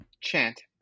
chant